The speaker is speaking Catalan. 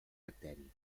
bacteri